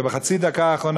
ובחצי הדקה האחרונה,